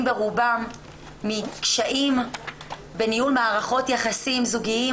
ברובם מקשיים בניהול מערכות יחסים זוגיים,